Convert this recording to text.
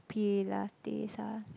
pilates ah